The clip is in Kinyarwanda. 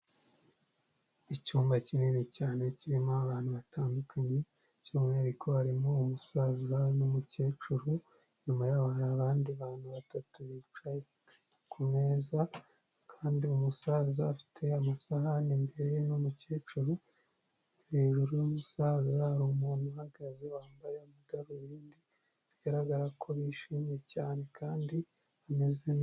Icyumba kinini cyane kirimo abantu batandukanye, by'umwihariko harimo umusaza n'umukecuru, inyuma yabo hari abandi bantu batatu bicaye ku meza, kandi umusaza afite amasahani imbere ye n'umukecuru, hejuru y'umusaza hari umuntu uhagaze wambaye amadarubindi, bigaragara ko bishimye cyane kandi bameze neza.